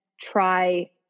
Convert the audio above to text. try